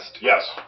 Yes